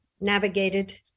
navigated